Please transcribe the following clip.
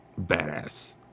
badass